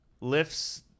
Lifts